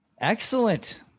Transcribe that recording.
Excellent